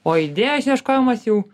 o idėjos ieškojimas jau